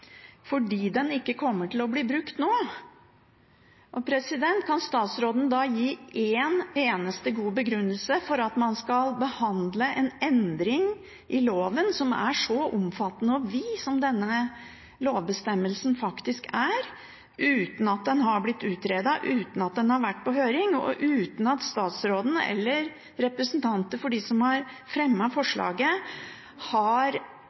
fordi den ikke kommer til å bli brukt nå. Kan statsråden gi en eneste god begrunnelse for at man skal behandle en endring i loven som er så omfattende og vid som denne lovbestemmelsen faktisk er, uten at den har blitt utredet, uten at den har vært på høring, og uten at statsråden eller representanter for dem som har fremmet forslaget, har